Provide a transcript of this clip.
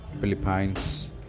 Philippines